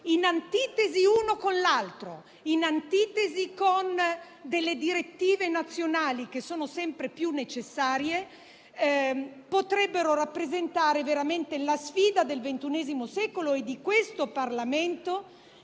in antitesi uno con l'altro e con delle direttive nazionali che sono sempre più necessarie, potrebbero rappresentare veramente la sfida del XXI secolo e di questo Parlamento,